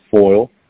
foil